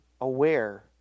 aware